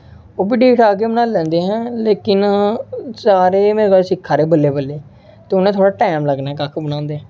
ओह् बी ठीक ठाक बी बनाई लैंदे हे लेकिन सारे मेरे कश सिक्खे दे हे बल्लें बल्लें ते उ'नें थोह्ड़ा टाइम लग्गना कक्ख बनांदे